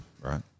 Right